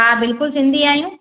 हा बिल्कुलु सिंधी आहियूं